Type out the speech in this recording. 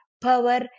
power